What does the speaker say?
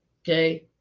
Okay